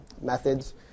methods